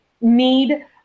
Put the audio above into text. need